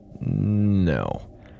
No